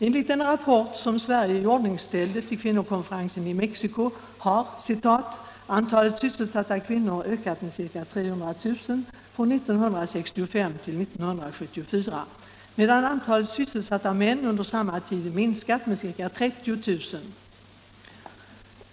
Enligt den rapport som Sverige iordningställde till kvinnokonferensen i Mexico har ”antalet sysselsatta kvinnor ökat med ca 300 000 från 1965 till 1974, medan antalet sysselsatta män under samma tid minskat med ca 30 000.